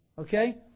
Okay